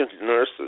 nurses